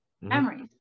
memories